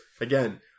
Again